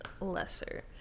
lesser